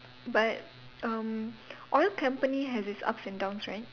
but um oil company has its ups and downs right